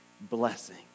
blessing